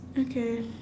okay